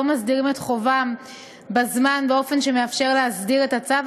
מסדירים את חובם בזמן באופן שמאפשר להסדיר את הצו,